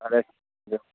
اَہَن حظ